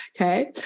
Okay